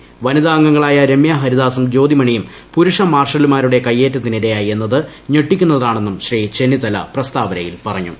പ്രതാപനെയും വനിതാ അംഗങ്ങളായ രമ്യാ ഹരിദാസും ജ്യോതിമണിയും പുരുഷ മാർഷലുമാരുടെ കയ്യേറ്റത്തിനിരയായി എന്നത് ഞെട്ടിക്കുന്നതാണെന്നും ശ്രീ ചെന്നിത്തല പ്രസ്താവനയിൽ പറഞ്ഞു